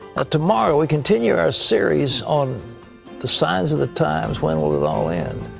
tomorrow, we continue our series on the signs of the times, when will it all end?